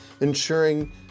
ensuring